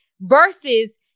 versus